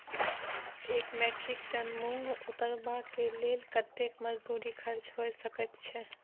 एक metric ton मूंग उतरबा के लेल कतेक मजदूरी खर्च होय सकेत छै?